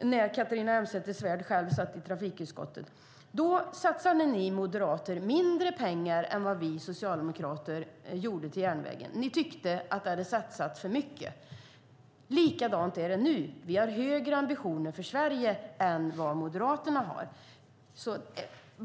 när Catharina Elmsäter-Svärd själv satt i trafikutskottet. Då satsade ni moderater mindre pengar än vad vi socialdemokrater gjorde på järnvägen. Ni tyckte att det hade satsats för mycket. Likadant är det nu. Vi har högre ambitioner för Sverige än vad Moderaterna har.